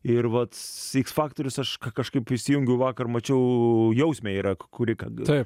ir vat iks faktorius aš kažkaip įsijungiu vakar mačiau jausmė yra kuri kad